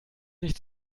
nicht